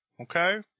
okay